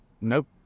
Nope